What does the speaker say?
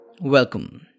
welcome